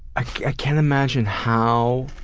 i can't imagine how.